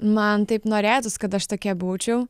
man taip norėtųs kad aš tokia būčiau